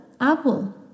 Apple